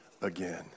again